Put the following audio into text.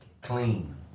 Clean